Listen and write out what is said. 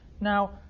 Now